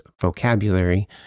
vocabulary